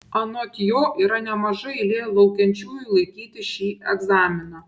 anot jo yra nemaža eilė laukiančiųjų laikyti šį egzaminą